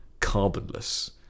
carbonless